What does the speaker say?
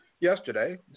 yesterday